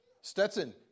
Stetson